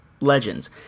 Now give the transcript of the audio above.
Legends